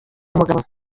umugabo